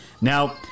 Now